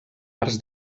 arts